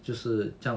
就是这样